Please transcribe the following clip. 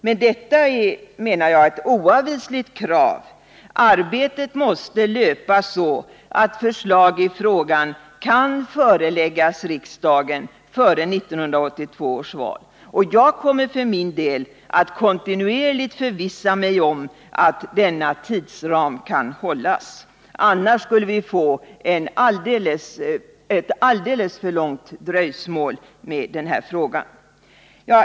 Men detta är, menar jag, ett oavvisligt krav— arbetet måste löpa så att förslag i frågan kan föreläggas riksdagen före 1982 års val. Jag kommer för min del att kontinuerligt förvissa mig om att denna tidsram kan hållas — annars skulle vi få ett alldeles för långt dröjsmål med beslut i den här frågan.